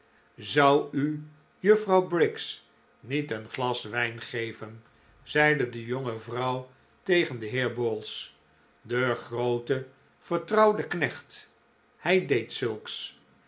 zou u juffrouw briggs niet een glas wijn geven zeide de jonge vrouw tegen den heer bowls den grooten vertrouwden knecht hij deed zulks